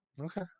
Okay